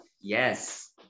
yes